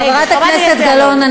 חברת הכנסת גלאון,